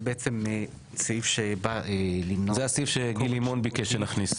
זה הסעיף שגילי מון ביקש שנכנסי,